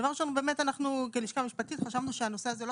דבר ראשון באמת אנחנו כלשכה משפטית חשבנו שהנושא הזה לא